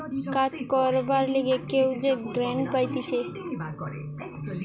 কাজ করবার লিগে কেউ যে গ্রান্ট পাইতেছে